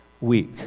week